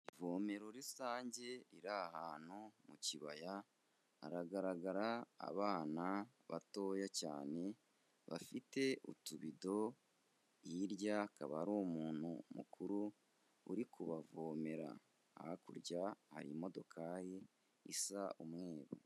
Ivomero rusange riri ahantu mu kibaya, haragaragara abana batoya cyane bafite utubido, hirya akaba ari umuntu mukuru uri kubavomera, hakurya hari imodokari isa umweru.